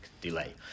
delay